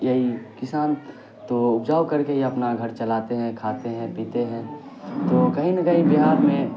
یہی کسان تو اپجاؤ کر کے ہی اپنا گھر چلاتے ہیں کھاتے ہیں پیتے ہیں تو کہیں نہ کہیں بہار میں